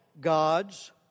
God's